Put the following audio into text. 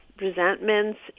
resentments